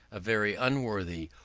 a very unworthy,